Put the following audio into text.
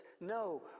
No